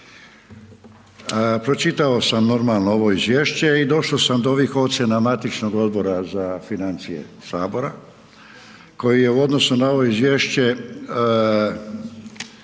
Pročitao sam, normalno, ovo izvješće i došao sam do ovih ocjena matičnog Odbora za financije Sabora koji je u odnosu na ovo izvješće